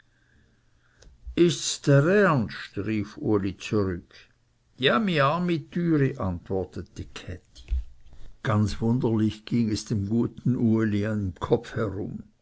ärst rief uli zurück ja my armi türi antwortete käthi ganz wunderlich ging es dem guten uli im kopf herum